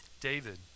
David